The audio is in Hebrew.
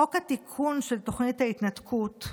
חוק התיקון של תוכנית ההתנתקות,